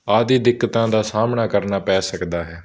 ਆਦਿ ਦਿੱਕਤਾਂ ਦਾ ਸਾਹਮਣਾ ਕਰਨਾ ਪੈ ਸਕਦਾ ਹੈ